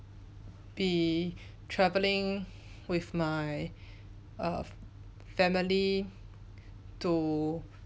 be travelling with my err family to